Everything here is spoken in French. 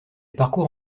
parcourt